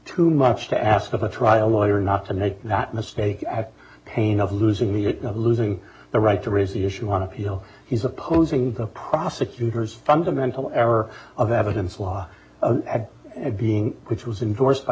too much to ask of a trial lawyer not to make that mistake pain of losing the losing the right to raise the issue on appeal he's opposing the prosecutor's fundamental error of evidence law and being which was in force by